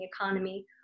economy